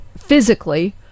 physically